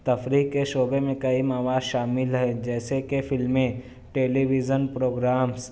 تفریح کے شعبے میں کئی مواد شامل ہے جیسے کہ فلمیں ٹیلی ویژن پروگرامس